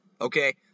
Okay